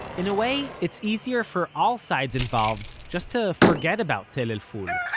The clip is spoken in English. in a way, it's easier for all sides involved just to forget about tell el-ful.